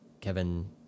Kevin